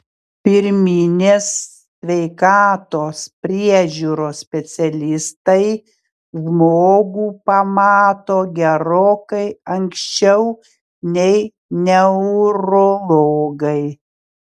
pirminės sveikatos priežiūros specialistai žmogų pamato gerokai anksčiau nei neurologai